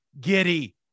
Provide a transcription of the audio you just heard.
Giddy